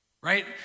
right